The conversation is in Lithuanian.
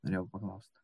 norėjau paklaust